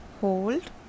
hold